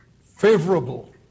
favorable